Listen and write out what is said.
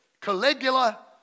Caligula